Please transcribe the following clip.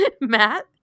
Matt